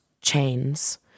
chains